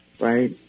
Right